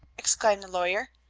exclaimed the lawyer.